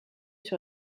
sur